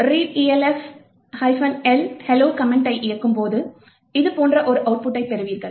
எனவே இந்த readelf L hello கமெண்டை இயக்கும்போது இது போன்ற ஒரு அவுட்புட்டைப் பெறுவீர்கள்